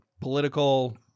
political